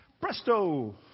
Presto